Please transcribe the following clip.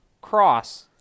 cross